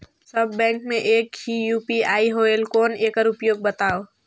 सब bank मे एक ही यू.पी.आई होएल कौन एकर उपयोग बताव?